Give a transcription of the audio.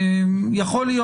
יכול להיות